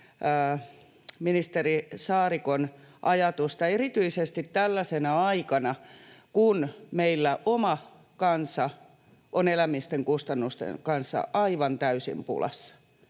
ministeri Saarikon ajatusta erityisesti tällaisena aikana: kun meillä oma kansa on elämisen kustannusten kanssa aivan täysin pulassa,